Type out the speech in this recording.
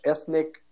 ethnic